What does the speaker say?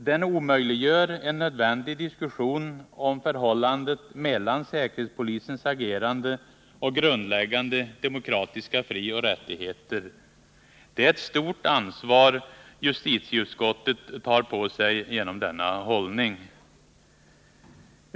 Det omöjliggör en nödvändig diskussion om förhållandet mellan säkerhetspolisens agerande och grundläggande demokratiska frioch rättigheter. Det är ett stort ansvar justitieutskottet tar på sig genom denna hållning.